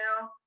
now